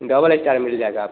double यह चाहे मिल जाएगा आपको